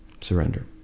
surrender